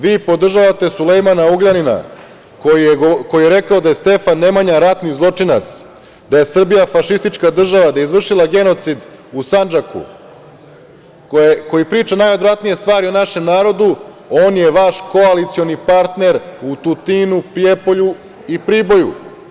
Vi podržavate Sulejmana Ugljanina, koji je rekao da je Stefan Nemanja ratni zločinac, da je Srbija fašistička država, da je izvršila genocid u Sandžaku, koji priča najodvratnije stvari o našem narodu, on je vaš koalicioni partner u Tutinu, Prijepolju i Priboju.